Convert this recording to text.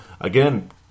again